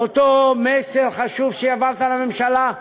לאותו מסר חשוב שהעברת לממשלה,